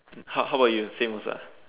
how how about you same also ah